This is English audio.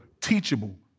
teachable